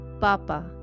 Papa